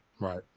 right